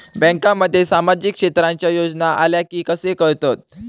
बँकांमध्ये सामाजिक क्षेत्रांच्या योजना आल्या की कसे कळतत?